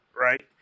right